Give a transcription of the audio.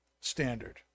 standard